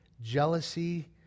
jealousy